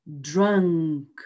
Drunk